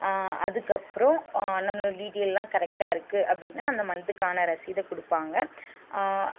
அதுக்கப்றம் நம்மளோட டீட்டெய்லாம் கரெக்ட்டாக இருக்குது அப்படின்னா அந்த மந்த்துக்கான ரசீதை கொடுப்பாங்க